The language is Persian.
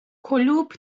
کلوپ